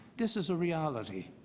this is a reality.